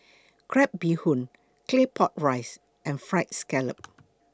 Crab Bee Hoon Claypot Rice and Fried Scallop